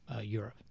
Europe